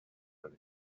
hurry